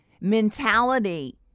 mentality